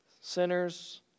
sinners